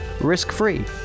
risk-free